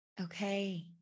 okay